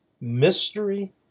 Mystery